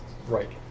Right